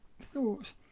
thoughts